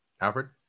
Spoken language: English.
Albert